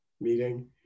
meeting